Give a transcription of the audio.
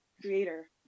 creator